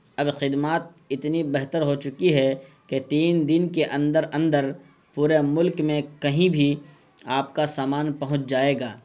اب خدمات اتنی بہتر ہو چکی ہے کہ تین دن کے اندر اندر پورے ملک میں کہیں بھی آپ کا سامان پہنچ جائے گا